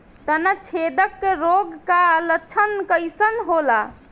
तना छेदक रोग का लक्षण कइसन होला?